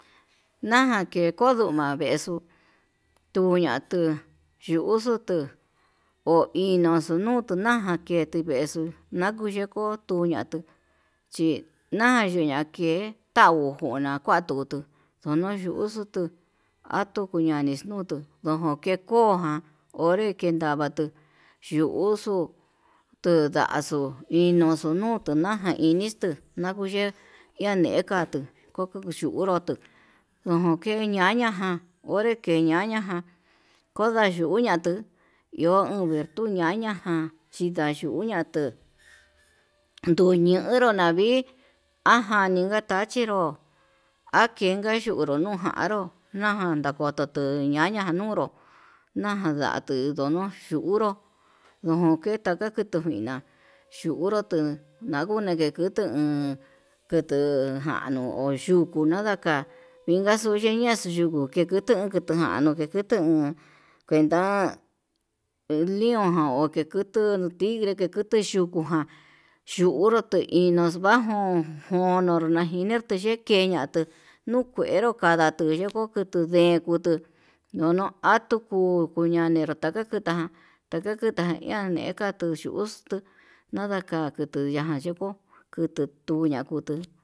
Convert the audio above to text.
Nadajan ke kokuna ndexón, uña'a tuu youxu tuu oixo nutu naxa keti veexu, nakuneko tuñatuu chí naja tuya'a ke'e tau njuna natutu ndono yuu uxuu tuu, atux ñani nutu ndojón ke'e ko'o ján onré kendavatu yuu uxuu tundaxu inoxu nutu naján nixto nakuye iha ne'e katuu koko xhionru tuu ojon kee ñaña ján, onré ke ñaña ján kondayuña tuu, iho uñer tuiñaña ján chitayuña tuu nduñero ndavi'í aján ninga tachinró, akenka yunró nujanró naján na koto tuu ñaña ñunró nadatuu ndono tuu hurnó nujun ketata kutomina yunrú tuu, nangune ke kutuu ha'a kutu njanuu uyukuna nadaka vinka xuu yein, ñaxuyuku ke kutu ketujanu kutu o'on kuenta he lión ján ke kutu tigre keti yuku ján yu'u unru teixno va'ajo jono'o najinetu tekena tuu nuu kuero kandatu yukuu kutuu ndeen, kutuu nunu atuu kú kutu ñani ratakakuta taka kuta ian nekatuu chuxtu nadaka kutuu ñaján yeko kitituña kutuu.